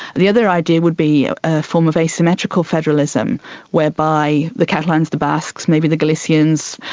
the other idea would be a form of asymmetrical federalism whereby the catalans, the basques, maybe the galicians,